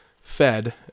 fed